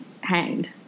hanged